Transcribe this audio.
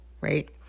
right